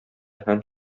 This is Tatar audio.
һәм